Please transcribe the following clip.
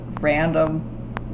random